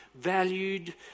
valued